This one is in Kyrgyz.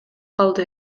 калды